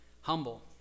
humble